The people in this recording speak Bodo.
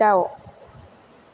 दाउ